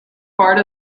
part